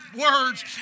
words